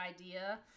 idea